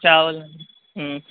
چاول ہوں